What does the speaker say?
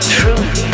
truth